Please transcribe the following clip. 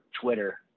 Twitter